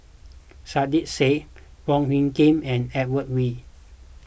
Saiedah Said Wong Hung Khim and Edmund Wee